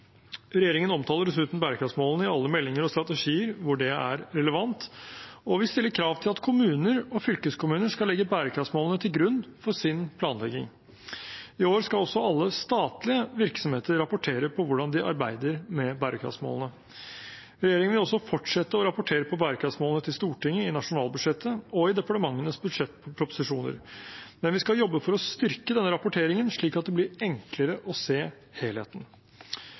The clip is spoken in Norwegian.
Regjeringen omtaler dessuten bærekraftsmålene i alle meldinger og strategier der det er relevant, og vi stiller krav til at kommuner og fylkeskommuner skal legge bærekraftsmålene til grunn for sin planlegging. I år skal også alle statlige virksomheter rapportere på hvordan de arbeider med bærekraftsmålene. Regjeringen vil også fortsette å rapportere på bærekraftsmålene til Stortinget i nasjonalbudsjettet og i departementenes budsjettproposisjoner. Men vi skal jobbe for å styrke denne rapporteringen, slik at det blir enklere å se helheten.